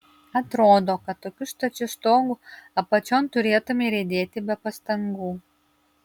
atrodo kad tokiu stačiu stogu apačion turėtumei riedėti be pastangų